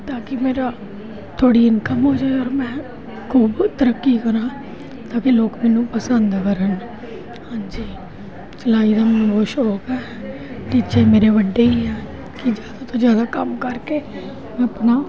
ਤਾਂ ਕਿ ਮੇਰਾ ਥੋੜ੍ਹੀ ਇਨਕਮ ਹੋ ਜਾਵੇ ਔਰ ਮੈਂ ਖੂਬ ਤਰੱਕੀ ਕਰਾ ਤਾਂ ਕਿ ਲੋਕ ਮੈਨੂੰ ਪਸੰਦ ਕਰਨ ਹਾਂਜੀ ਸਲਾਈ ਦਾ ਮੈਨੂੰ ਬਹੁਤ ਸ਼ੌਂਕ ਹੈ ਟੀਚੇ ਮੇਰੇ ਵੱਡੇ ਹੀ ਆ ਕਿ ਜ਼ਿਆਦਾ ਤੋਂ ਜ਼ਿਆਦਾ ਕੰਮ ਕਰਕੇ ਮੈਂ ਆਪਣਾ